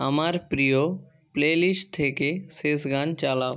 আমার প্রিয় প্লেলিস্ট থেকে শেষ গান চালাও